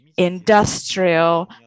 industrial